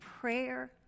prayer